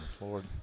Lord